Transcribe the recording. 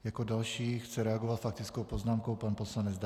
Jako další chce reagovat faktickou poznámkou pan poslanec David Kasal.